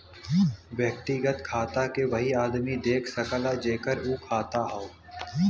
व्यक्तिगत खाता के वही आदमी देख सकला जेकर उ खाता हौ